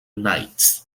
nights